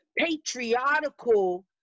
patriotical